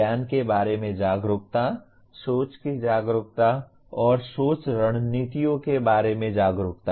ज्ञान के बारे में जागरूकता सोच की जागरूकता और सोच रणनीतियों के बारे में जागरूकता